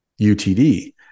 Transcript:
UTD